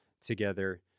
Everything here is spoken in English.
together